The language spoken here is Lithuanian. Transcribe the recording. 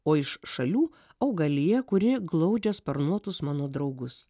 o iš šalių augalija kuri glaudžia sparnuotus mano draugus